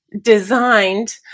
designed